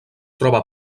troba